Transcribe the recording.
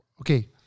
Okay